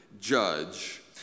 judge